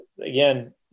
Again